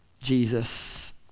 Jesus